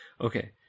okay